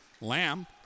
Lamb